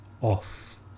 off